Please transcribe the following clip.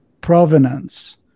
provenance